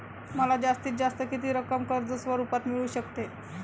मला जास्तीत जास्त किती रक्कम कर्ज स्वरूपात मिळू शकते?